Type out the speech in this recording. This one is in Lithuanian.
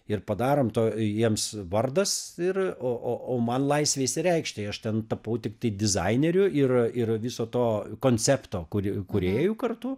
ir padarom to jiems vardas ir o o o man laisvė išsireikšt aš ten tapau tiktai dizaineriu ir ir viso to koncepto kuri kūrėju kartu